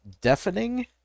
deafening